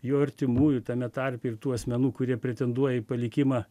jo artimųjų tame tarpe ir tų asmenų kurie pretenduoja į palikimą